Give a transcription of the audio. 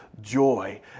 joy